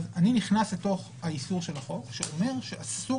אז אני נכנס לתוך האיסור של החוק שאומר שאסור